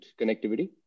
connectivity